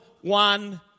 one